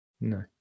no